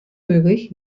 möglich